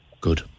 Good